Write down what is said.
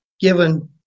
given